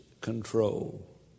control